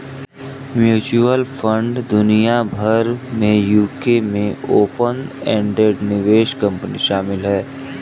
mutual fund दुनिया भर में यूके में ओपन एंडेड निवेश कंपनी शामिल हैं